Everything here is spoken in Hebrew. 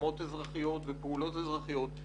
יוזמות אזרחיות ופעולות אזרחיות,